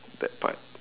that part